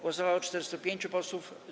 Głosowało 405 posłów.